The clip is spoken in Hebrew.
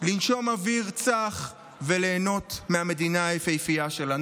לנשום אוויר צח וליהנות מהמדינה יפהפייה שלנו.